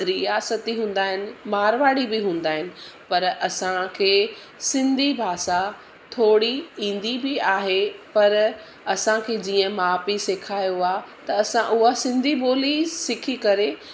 रियासती हूंदा आहिनि मारवाड़ी बि हूंदा आहिनि पर असांखे सिंधी भाषा थोरी ईंदी बि आहे पर असांखे जीअं माउ पीउ सिखायो आहे त असां उआ सिंधी ॿोली सिखी करे